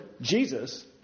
Jesus